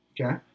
Okay